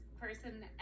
person